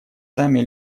сами